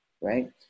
right